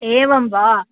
एवं वा